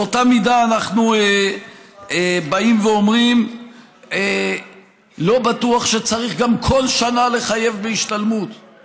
באותה מידה אנחנו באים אומרים שלא בטוח שצריך לחייב בהשתלמות בכל שנה.